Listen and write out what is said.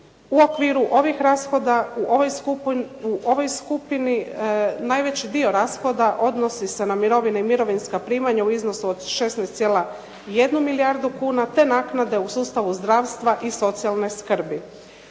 U okviru ovih rashoda u ovoj skupini najveći dio rashoda odnosi se na mirovine i mirovinska primanja u iznosu od 16,1 milijardu kuna, te naknade u sustavu zdravstva i socijalne skrbi.